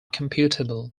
computable